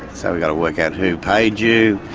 so we've got to work out who paid you,